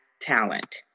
talent